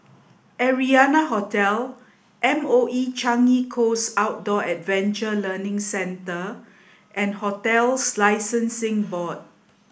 Arianna Hotel M O E Changi Coast Outdoor Adventure Learning Centre and Hotels Licensing Board